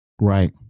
Right